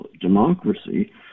democracy